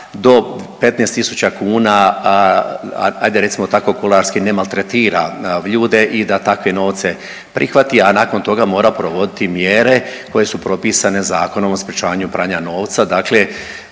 do 15.000 kuna ajde recimo tako kuloarski ne maltretira ljude i da takve novce prihvati, a nakon toga mora provoditi mjere koje su propisane Zakonom o sprječavanju pranja novca, dakle